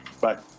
Bye